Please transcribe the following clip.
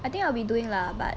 I think I will be doing lah but